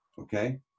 Okay